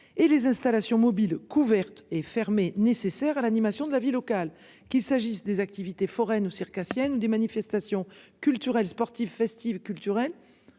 et les installations mobiles couverte et fermée nécessaires à l'animation de la vie locale qu'il s'agisse des activités foraines circassienne des manifestations culturelles, sportives, festives culturelles